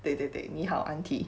对对对你好 aunty